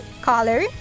Color